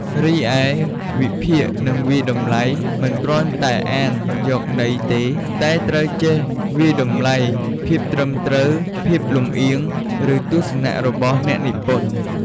រីឯ វិភាគ និងវាយតម្លៃ មិនគ្រាន់តែអានយកន័យទេ តែត្រូវចេះវាយតម្លៃភាពត្រឹមត្រូវ ភាពលំអៀង ឬទស្សនៈរបស់អ្នកនិពន្ធ។